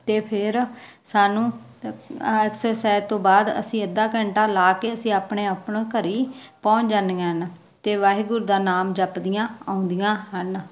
ਅਤੇ ਫਿਰ ਸਾਨੂੰ ਅ ਐਕਸਰਸਾਈਜ ਤੋਂ ਬਾਅਦ ਅਸੀਂ ਅੱਧਾ ਘੰਟਾ ਲਾ ਕੇ ਅਸੀਂ ਆਪਣੇ ਆਪਣੋ ਘਰੀਂ ਪਹੁੰਚ ਜਾਂਦੀਆਂ ਹਨ ਅਤੇ ਵਾਹਿਗੁਰੂ ਦਾ ਨਾਮ ਜਪਦੀਆਂ ਆਉਂਦੀਆਂ ਹਨ